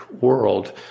world